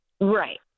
Right